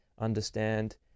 understand